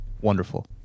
wonderful